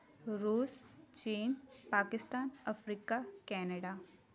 ਰੂਸ ਚੀਨ Pakistan Africa Canada